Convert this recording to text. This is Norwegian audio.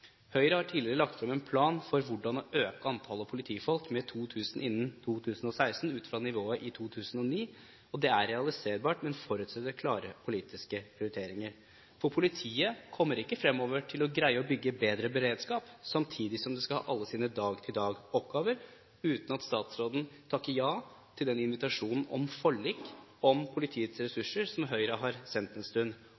Høyre har tidligere lagt frem en plan for hvordan vi kan øke antallet politifolk med 2 000 innen 2016, ut fra nivået i 2009. Det er realiserbart, men forutsetter klare politiske prioriteringer. Politiet kommer fremover ikke til å greie å bygge bedre beredskap, samtidig som de skal ha alle sine dag-til-dag-oppgaver, uten at statsråden takker ja til den invitasjonen om forlik om politiets